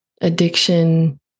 addiction